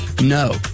No